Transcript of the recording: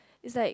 it's like